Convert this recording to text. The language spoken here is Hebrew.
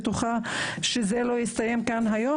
ואני בטוחה שזה לא יסתיים כאן היום